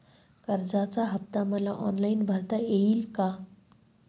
कर्जाचा हफ्ता मला ऑनलाईन भरता येईल का?